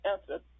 answer